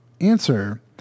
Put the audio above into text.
Answer